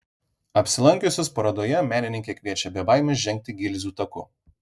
apsilankiusius parodoje menininkė kviečia be baimės žengti gilzių taku